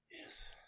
Yes